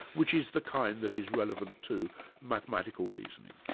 which is the kind that is relevant to mathematical reasoning.